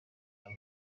ava